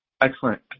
Excellent